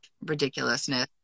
ridiculousness